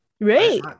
right